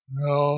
no